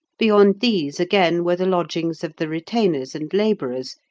beyond these, again, were the lodgings of the retainers and labourers,